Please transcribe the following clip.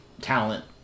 talent